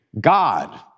God